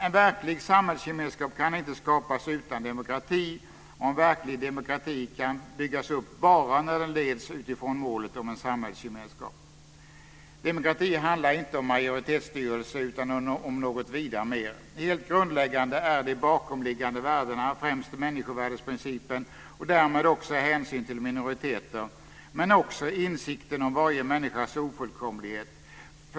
En verklig samhällsgemenskap kan inte skapas utan demokrati, och en verklig demokrati kan byggas upp bara när den leds utifrån målet om en samhällsgemenskap. Demokrati handlar inte om majoritetsstyrelse utan om något vida mer. Helt grundläggande är de bakomliggande värdena, främst människovärdesprincipen och därmed också hänsyn till minoriteter, men också insikten om varje människas ofullkomlighet.